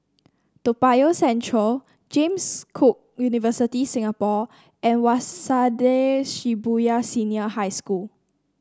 Toa Payoh Central James Cook University Singapore and Waseda Shibuya Senior High School